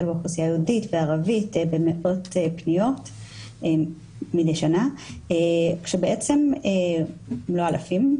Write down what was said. באוכלוסיות יהודית וערבית במאות פניות מידי שנה אם לא אלפים,